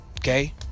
Okay